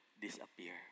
disappear